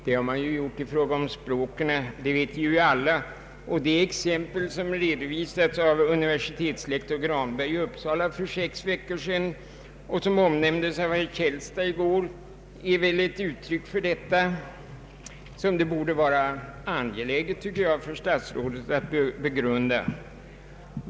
Det gäller språken, som vi alla vet. Jag tycker att det borde vara angeläget för statsrådet att begrunda de exempel som redovisades av universitetslektor Granberg i Uppsala för sex veckor sedan och som omnämndes av herr Källstad i går.